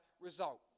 result